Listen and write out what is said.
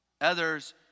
Others